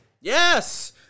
Yes